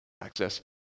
access